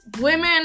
women